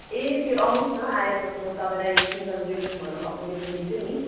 ए त्यो आउनुहोस् न आएपछि म तपाईँलाई सिङ्गल बेडरुमहरू भएको देखाइदिन्छु नि